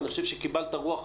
ואני חושב שקיבלת רוח,